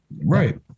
Right